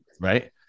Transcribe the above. right